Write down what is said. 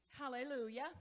hallelujah